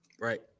Right